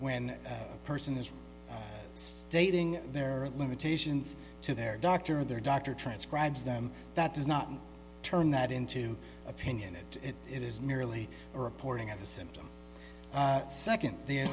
when a person is stating their limitations to their doctor or their doctor transcribes them that does not turn that into opinion that it is merely reporting of the symptoms second the